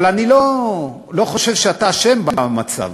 אבל אני לא חושב שאתה אשם במצב,